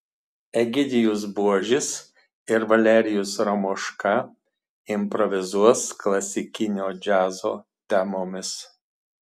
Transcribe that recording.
egidijus buožis ir valerijus ramoška improvizuos klasikinio džiazo temomis